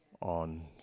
on